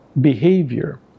behavior